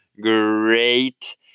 great